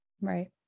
Right